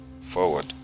forward